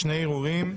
שני ערעורים.